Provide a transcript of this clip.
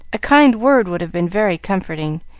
a kind word would have been very comforting,